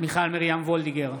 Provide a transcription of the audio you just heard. מיכל מרים וולדיגר,